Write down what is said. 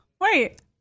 Wait